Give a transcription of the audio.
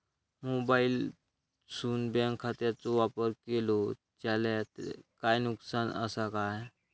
मोबाईलातसून बँक खात्याचो वापर केलो जाल्या काय नुकसान असा काय?